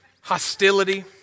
hostility